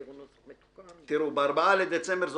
ב-4 לדצמבר, זו